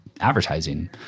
advertising